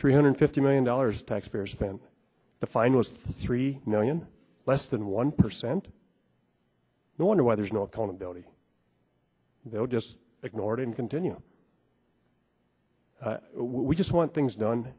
three hundred fifty million dollars taxpayers spent the finalists three million less than one percent no wonder why there's no accountability they'll just ignore it and continue we just want things done